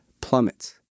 plummets